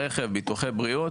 רכב או ביטוח בריאות